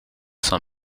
cinq